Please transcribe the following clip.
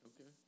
Okay